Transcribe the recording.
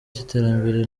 cy’iterambere